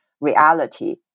reality